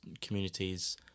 communities